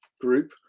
group